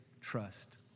trust